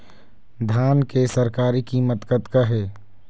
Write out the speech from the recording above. धान के सरकारी कीमत कतका हे?